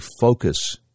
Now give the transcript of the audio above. focus